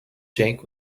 jake